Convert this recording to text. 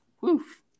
woof